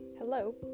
Hello